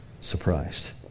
surprised